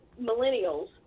millennials